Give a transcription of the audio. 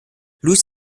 louis